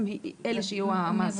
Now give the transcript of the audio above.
שהם אלה שיהיו המעסיקים.